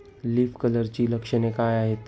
Leaf कर्लची लक्षणे काय आहेत?